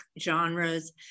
genres